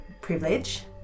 privilege